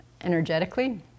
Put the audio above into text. energetically